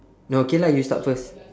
no okay lah you start first